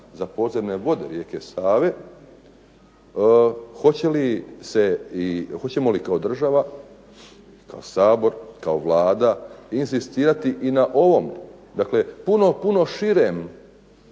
za podzemne vode rijeke Save hoćemo li kao država, kao Sabor, kao Vlada inzistirati i na ovom puno, puno širem